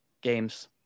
games